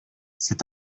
cet